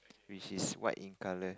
which is white in color